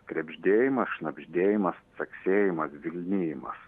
krebždėjimas šnabždėjimas caksėjimas vilnijimas